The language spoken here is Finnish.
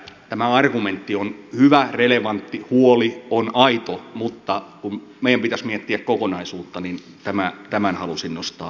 tämä argumentti on hyvä relevantti huoli on aito mutta kun meidän pitäisi miettiä kokonaisuutta niin tämän halusin nostaa esille